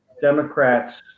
Democrats